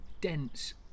dense